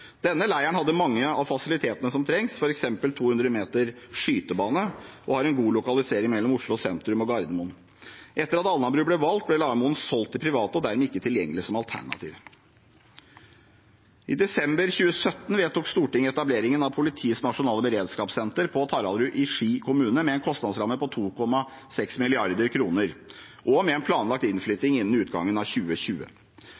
Denne leiren hadde mange av fasilitetene som trengs – f.eks. 200 meter skytebane – og har en god lokalisering mellom Oslo sentrum og Gardermoen. Etter at Alnabru ble valgt, ble Lahaugmoen solgt til private og dermed ikke tilgjengelig som alternativ. I desember 2017 vedtok Stortinget etableringen av Politiets nasjonale beredskapssenter på Taraldrud i Ski kommune, med en kostnadsramme på 2,6 mrd. kr og med en planlagt